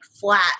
flat